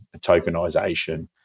tokenization